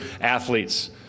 athletes